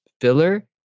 filler